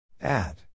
Add